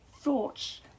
thoughts